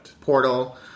Portal